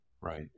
Right